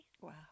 Wow